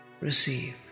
receive